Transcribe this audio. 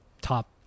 top